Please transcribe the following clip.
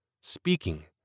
speaking